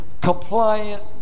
compliant